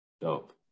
dope